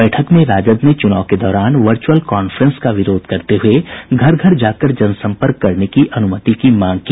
बैठक में राजद ने चूनाव के दौरान वर्चअल कांफ्रेंस का विरोध करते हये घर घर जाकर जनसम्पर्क करने की अनुमति की मांग की